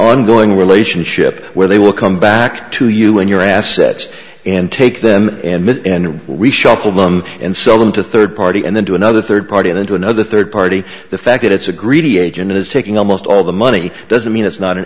ongoing relationship where they will come back to you and your assets and take them and reshuffle them and sell them to third party and then to another third party and into another third party the fact that it's a greedy agent is taking almost all the money doesn't mean it's not an